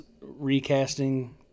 recasting